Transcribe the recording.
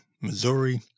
Missouri